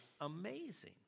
amazing